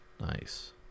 Nice